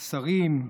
השרים,